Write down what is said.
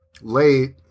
late